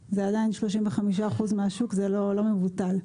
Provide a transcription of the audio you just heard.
זה עדיין 35% מהשוק, וזה לא מבוטל.